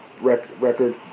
record